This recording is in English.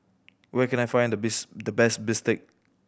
where can I find the bis the best bistake